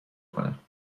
کنم